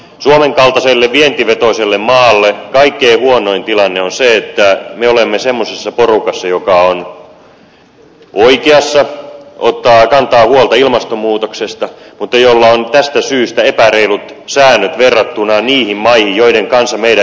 suomen kaltaiselle vientivetoiselle maalle kaikkein huonoin tilanne on se että me olemme semmoisessa porukassa joka on oikeassa kantaa huolta ilmastonmuutoksesta mutta jolla on tästä syystä epäreilut säännöt verrattuna niihin maihin joiden kanssa meidän yritykset kilpailevat